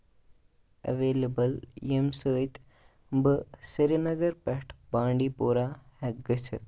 available ییٚمہِ سۭتۍ بہٕ سری نگر پٮ۪ٹھ بانڈی پورہ ہٮ۪کہٕ گٔژھِتھ